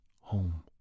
home